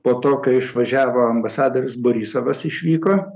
po to kai išvažiavo ambasadorius borisovas išvyko